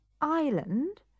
Island